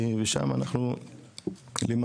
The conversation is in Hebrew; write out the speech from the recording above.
ושם אנחנו למעשה